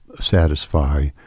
satisfy